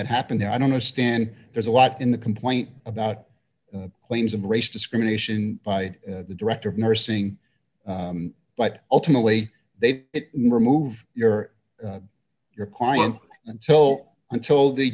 that happened there i don't understand there's a lot in the complaint about claims of race discrimination by the director of nursing but ultimately they remove your your client until until the